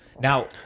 now